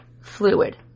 fluid